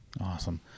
Awesome